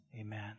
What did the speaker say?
amen